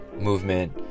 movement